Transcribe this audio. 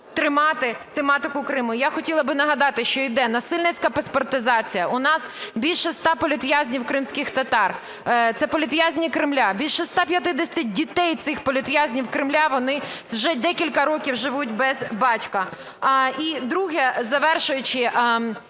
тримати тематику Криму. І я би хотіла нагадати, що йде насильницька паспортизація. У нас більше 100 політв'язнів кримських татар – це політв'язні Кремля, більше 150 дітей цих політв'язнів Кремля вони вже декілька років живуть без батька. І друге, завершуючи,